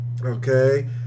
Okay